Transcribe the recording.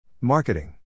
Marketing